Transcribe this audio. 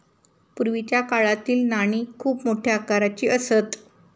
पूर्वीच्या काळातील नाणी खूप मोठ्या आकाराची असत